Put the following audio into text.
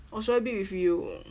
or should I bid with you